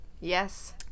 Yes